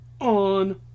on